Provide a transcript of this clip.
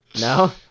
No